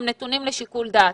הם נתונים לשיקול דעת.